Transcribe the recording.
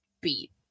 beat